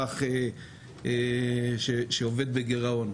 הרבנות בנושא של המפעלים שמקבלים אישורים בחו"ל.